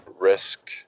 risk